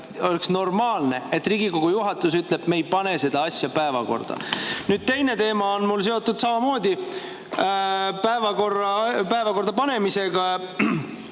oleks normaalne, kui Riigikogu juhatus ütleks: me ei pane seda asja päevakorda. Teine teema on mul samamoodi seotud päevakorda panemisega.